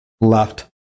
left